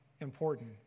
important